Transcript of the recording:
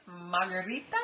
Margarita